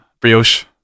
brioche